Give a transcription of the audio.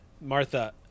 Martha